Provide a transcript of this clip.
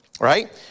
right